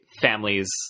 families